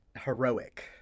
heroic